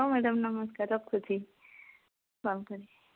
ହଁ ମ୍ୟାଡ଼ାମ ନମସ୍କାର ରଖୁଛି